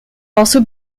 also